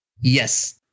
Yes